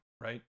right